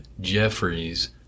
Jeffries